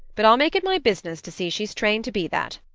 but i'll make it my business to see she's trained to be that.